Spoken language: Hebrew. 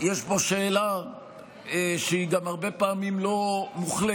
יש פה שאלה שהיא גם הרבה פעמים לא מוחלטת.